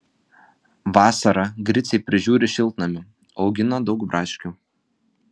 vasarą griciai prižiūri šiltnamį augina daug braškių